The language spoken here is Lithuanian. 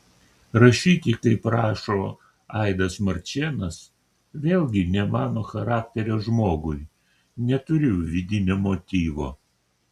rašyti kaip rašo aidas marčėnas vėlgi ne mano charakterio žmogui neturiu vidinio motyvo